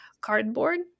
cardboard